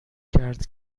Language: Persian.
کرد